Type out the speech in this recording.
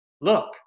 Look